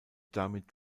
damit